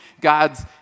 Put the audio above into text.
God's